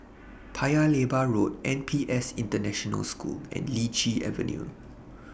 Paya Lebar Road N P S International School and Lichi Avenue